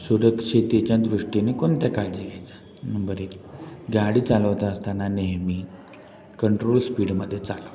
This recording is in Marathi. सुरक्षितेच्या दृष्टीने कोणत्या काळजी घ्यायचं नंबर एक गाडी चालवता असताना नेहमी कंट्रोल स्पीडमध्ये चालवतो